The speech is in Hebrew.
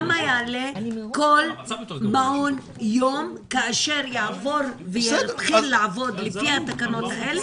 כמה יעלה כל מעון יום כאשר הוא יעבור ויתחיל לעבוד לפי התקנות האלה.